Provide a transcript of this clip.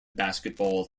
basketball